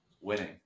winning